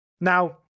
Now